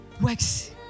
works